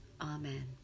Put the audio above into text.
Amen